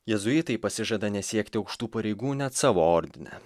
jėzuitai pasižada nesiekti aukštų pareigų net savo ordine